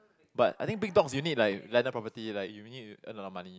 but I think big dogs you need like landed property like you need to earn a lot of money